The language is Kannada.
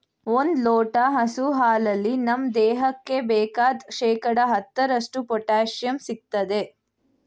ಒಂದ್ ಲೋಟ ಹಸು ಹಾಲಲ್ಲಿ ನಮ್ ದೇಹಕ್ಕೆ ಬೇಕಾದ್ ಶೇಕಡಾ ಹತ್ತರಷ್ಟು ಪೊಟ್ಯಾಶಿಯಂ ಸಿಗ್ತದೆ